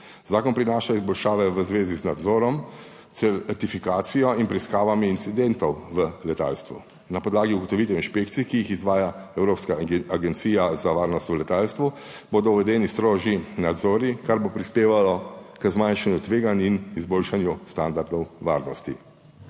Zakon prinaša izboljšave v zvezi z nadzorom, certifikacijo in preiskavami incidentov v letalstvu. Na podlagi ugotovitev inšpekcij, ki jih izvaja Evropska agencija za varnost v letalstvu, bodo uvedeni strožji nadzori, kar bo prispevalo k zmanjšanju tveganj in izboljšanju standardov varnosti.